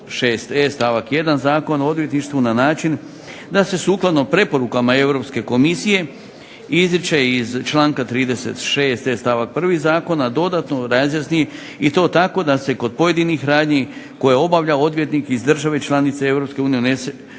36.e stavak 1. Zakona o odvjetništvu na način da se sukladno preporukama Europske komisije izriče iz članka 36. stavak 1. zakona dodatno razjasni i to tako da se kod pojedinih radnji koje obavlja odvjetnik iz države članice Europske